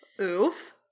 oof